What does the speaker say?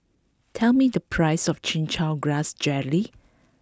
tell me the price of Chin Chow Grass Jelly